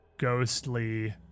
ghostly